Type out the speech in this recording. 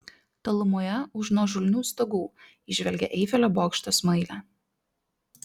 tolumoje už nuožulnių stogų įžvelgė eifelio bokšto smailę